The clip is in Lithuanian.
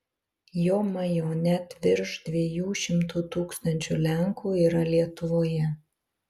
jomajo net virš dviejų šimtų tūkstančių lenkų yra lietuvoje